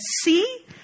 see